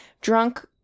drunk